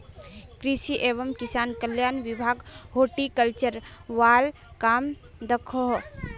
कृषि एवं किसान कल्याण विभाग हॉर्टिकल्चर वाल काम दखोह